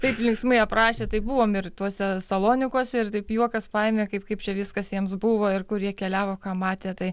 taip linksmai aprašė tai buvom ir tuose salonikuose ir taip juokas paėmė kaip kaip čia viskas jiems buvo ir kur jie keliavo ką matė tai